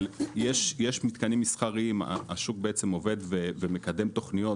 אבל יש מתקנים מסחריים; השוק עובד ומקדם תכניות,